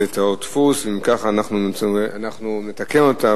זו טעות דפוס, ואם כך אנחנו נתקן אותה.